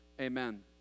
Amen